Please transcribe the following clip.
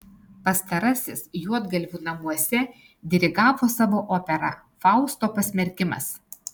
pastarasis juodgalvių namuose dirigavo savo operą fausto pasmerkimas